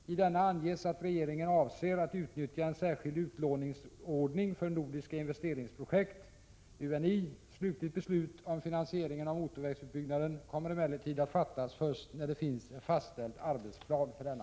I denna anges att regeringen avser att utnyttja en särskild ordning, Utlåningsordning för Nordiska Investeringsprojekt . Slutligt beslut om finansieringen av motorvägsutbyggnaden kommer emellertid att fattas först när det finns en fastställd arbetsplan för denna.